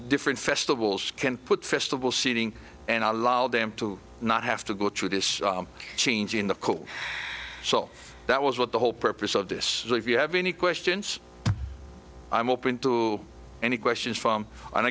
different festivals can put festival seating and allow them to not have to go through this change in the court so that was what the whole purpose of this if you have any questions i'm open to any questions from